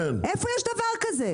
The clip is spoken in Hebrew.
איפה יש דבר כזה?